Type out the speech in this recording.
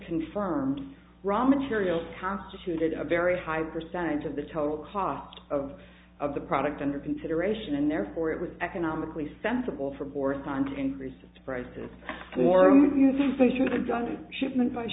confirms raw material constituted a very high percentage of the total cost of of the product under consideration and therefore it was economically sensible for board time to increase its prices for me do you think we should have done shipment